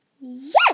Yes